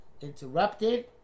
interrupted